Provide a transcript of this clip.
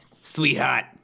sweetheart